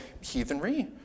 heathenry